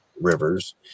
rivers